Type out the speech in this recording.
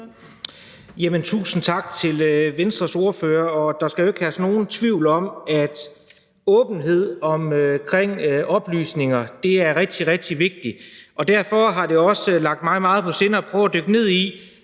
Tusind tak til Venstres ordfører. Der skal jo ikke herske nogen tvivl om, at åbenhed omkring oplysninger er rigtig, rigtig vigtigt. Derfor har det også ligget mig meget på sinde at prøve at dykke ned i,